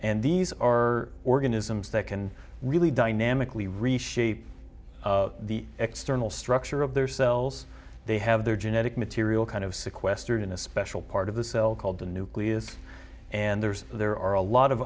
and these are organisms that can really dynamically reshape the external structure of their cells they have their genetic material kind of sequestered in a special part of the cell called the nucleus and there's there are a lot of